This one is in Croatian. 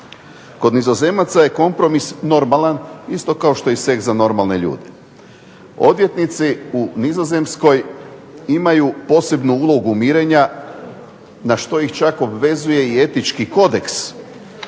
Kod Nizozemaca je kompromis normalan isto kao što je i sex za normalne ljude. Odvjetnici u Nizozemskoj imaju posebnu ulogu mirenja na što ih čak obvezuje i etički kodeks